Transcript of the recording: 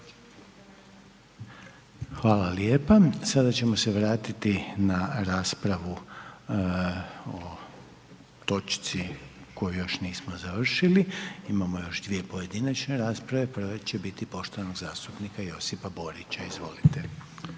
Željko (HDZ)** Sada ćemo se vratiti na raspravu o točci koju još nismo završili, imamo još dvije pojedinačne rasprave, prva će biti poštovanog zastupnika Josipa Borića. **Borić,